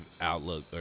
outlook